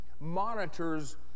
monitors